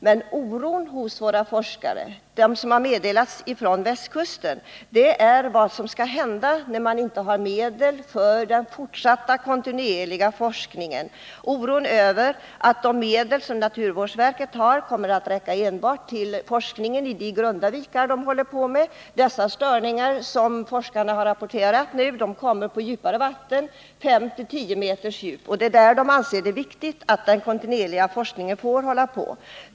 Men oron hos våra forskare — enligt vad som meddelats från västkusten — bottnar i vad som skall hända när man inte har medel för den kontinuerliga forskningen. Man är orolig över att de medel som naturvårdsverket har kommer att räcka enbart till forskningen i de grunda vikar där man arbetar, medan de störningar som forskarna nu har rapporterat uppstått på djupare vatten, på 5-10 meters djup. Det är viktigt att forskningen där kontinuerligt får bedrivas.